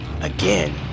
again